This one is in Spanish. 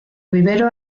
vivero